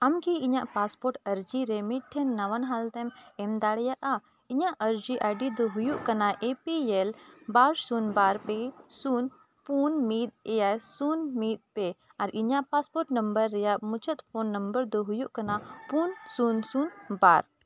ᱟᱢ ᱠᱤ ᱤᱧᱟᱹᱜ ᱟᱨᱡᱤ ᱨᱮ ᱢᱤᱫᱴᱷᱮᱱ ᱱᱟᱣᱟᱱ ᱦᱟᱞᱛᱮᱢ ᱮᱢ ᱫᱟᱲᱮᱭᱟᱜᱼᱟ ᱤᱧᱟᱹᱜ ᱟᱨᱡᱤ ᱫᱚ ᱦᱩᱭᱩᱜ ᱠᱟᱱᱟ ᱮ ᱯᱤ ᱮᱞ ᱵᱟᱨ ᱥᱩᱱ ᱵᱟᱨ ᱯᱮ ᱥᱩᱱ ᱯᱩᱱ ᱢᱤᱫ ᱮᱭᱟᱭ ᱥᱩᱱ ᱢᱤᱫ ᱯᱮ ᱟᱨ ᱤᱧᱟᱹᱜ ᱨᱮᱭᱟᱜ ᱢᱩᱪᱟᱹᱫ ᱯᱳᱱ ᱫᱚ ᱦᱩᱭᱩᱜ ᱠᱟᱱᱟ ᱯᱩᱱ ᱥᱩᱱ ᱥᱩᱱ ᱵᱟᱨ